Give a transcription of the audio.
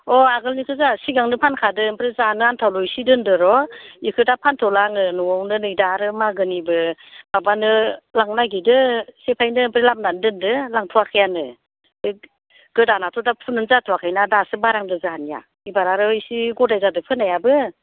अह आगोलनिखौ जोंहा सिगाङावनो फानखादों ओमफ्राय जानो आन्थाल' एसे दोन्दों र' बेखौ दा फान्थ'ला आङो न'आवनो नै दा आरो मागोनिबो माबानो लांनो नागिरदों बेखायनो ओमफ्राय लामनानै दोन्दों लांथ'वाखैआनो ओमफ्राय गोदानाथ' दा फुनोनो जाथ'वाखैना दासो बारहांदों जोंहानिया एबार आरो एसे गदाय जादों फोनायाबो